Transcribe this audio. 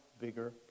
bigger